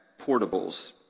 portables